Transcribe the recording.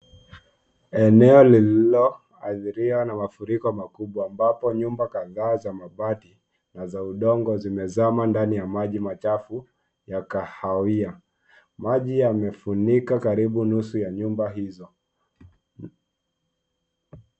Eneo lililoathiriwa na mafuriko makubwa ambapo nyumba kadhaa za mabati na za udongo zimezama ndani ya maji machafu ya kahawia. Maji yamefunika karibu nusu ya nyumba hizo.